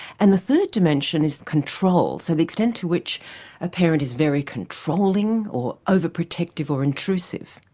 and the third dimension is control. so the extent to which a parent is very controlling, or over-protective, or intrusive.